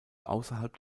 außerhalb